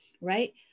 right